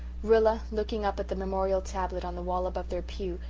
rilla, looking up at the memorial tablet on the wall above their pew,